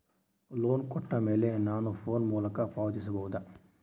Loan ಕೊಟ್ಟ ಮೇಲೆ ನಾನು ಫೋನ್ ಮೂಲಕ ಪಾವತಿಸಬಹುದಾ?